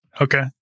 Okay